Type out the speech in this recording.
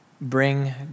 Bring